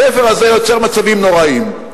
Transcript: התפר הזה יוצר מצבים נוראים,